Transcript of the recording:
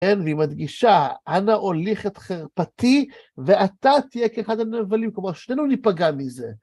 כן, והיא מדגישה, אנה אוליך את חרפתי ואתה תהיה כאחד הנבלים, כלומר, שנינו ניפגע מזה.